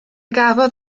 gafodd